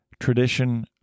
tradition